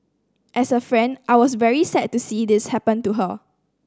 as a friend I was very sad to see this happen to her